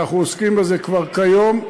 אנחנו עוסקים בזה כבר כיום.